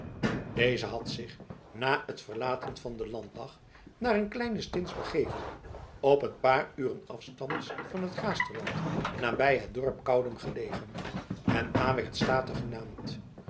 deze had zich na het verlaten van den landdag naar een kleine stins begeven op een paar uren afstands van het gaasterland nabij het dorp caudum gelegen en awert state genaamd